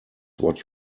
what